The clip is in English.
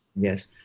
yes